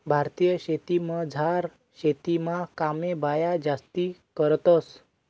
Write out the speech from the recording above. भारतीय शेतीमझार शेतीना कामे बाया जास्ती करतंस